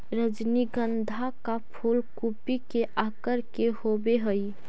रजनीगंधा का फूल कूपी के आकार के होवे हई